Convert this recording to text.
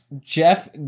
Jeff